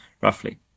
roughly